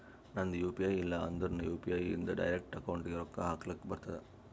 ನಂದ್ U P I ಇಲ್ಲ ಅಂದುರ್ನು ಯು.ಪಿ.ಐ ಇಂದ್ ಡೈರೆಕ್ಟ್ ಅಕೌಂಟ್ಗ್ ರೊಕ್ಕಾ ಹಕ್ಲಕ್ ಬರ್ತುದ್